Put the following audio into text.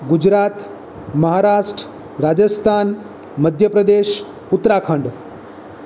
Gujarat Maharashtra Rajasthan Madhya Pradesh Uttarakhand